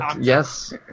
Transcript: Yes